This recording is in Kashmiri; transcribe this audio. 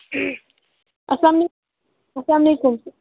السلام السلام علیکُم